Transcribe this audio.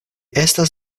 estas